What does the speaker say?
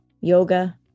yoga